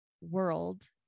world